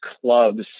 clubs